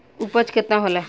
उपज केतना होला?